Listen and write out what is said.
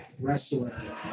wrestler